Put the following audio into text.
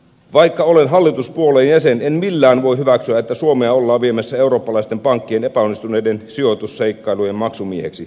vaikka olen hallituspuolueen jäsen en millään voi hyväksyä että suomea ollaan viemässä eurooppalaisten pankkien epäonnistuneiden sijoitusseikkailujen maksumieheksi